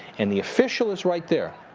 and the official is right there.